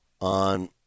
on